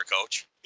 Coach